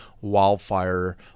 wildfire